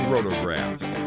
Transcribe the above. Rotographs